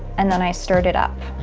and then i stirred it up.